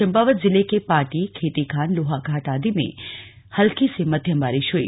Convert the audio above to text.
चम्पावत जिले के पाटी खेतीखान लोहाघाट आदि में हल्की से मध्यम बारिश हई